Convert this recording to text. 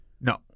No